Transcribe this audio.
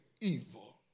evil